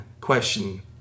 Question